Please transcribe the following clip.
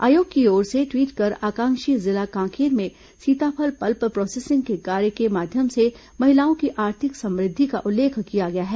आयोग की ओर से ट्वीट कर आकांक्षी जिला कांकेर में सीताफल पल्प प्रोसेसिंग के कार्य के माध्यम से महिलाओं की आर्थिक समृद्ध का उल्लेख किया गया है